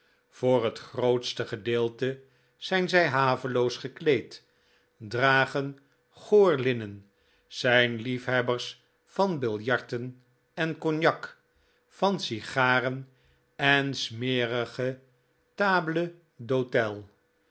voor het grootste gedeelte zijn zij haveloos gekleed dragen goor linnen zijn lief hebbers van biljarten en cognac van sigaren en smerige tables d'hote